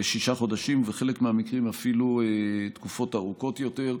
ובחלק מהמקרים התקופות אפילו ארוכות יותר.